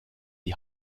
die